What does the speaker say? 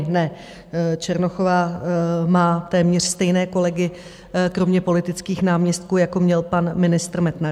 Ne, Černochová má téměř stejné kolegy, kromě politických náměstků, jako měl pan ministr Metnar.